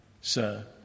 Sir